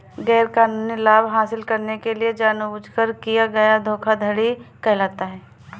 गैरकानूनी लाभ हासिल करने के लिए जानबूझकर किया गया धोखा धोखाधड़ी कहलाता है